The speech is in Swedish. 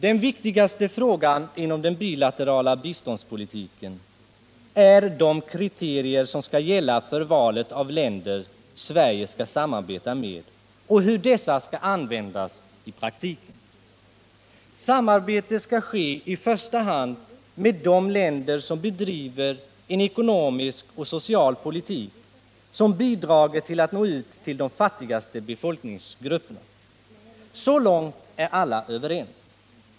Det viktigaste inom den bilaterala biståndspolitiken är de kriterier som skall gälla för valet av länder som Sverige skall samarbeta med och hur dessa skall användas i praktiken. Samarbete skall i första hand ske med de länder som bedriver en ekonomisk och social politik, som bidrar till att nå ut till de fattigaste befolkningsgrupperna. Så långt är alla överens.